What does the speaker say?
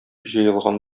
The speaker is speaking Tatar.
җыелган